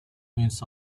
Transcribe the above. means